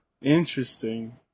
Interesting